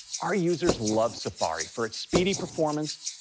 our users love safari for its speedy performance,